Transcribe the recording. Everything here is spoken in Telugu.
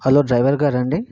హలో డ్రైవర్ గారా అండి